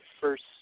first